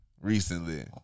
recently